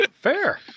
fair